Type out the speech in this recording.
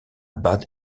bad